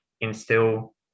instill